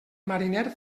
mariner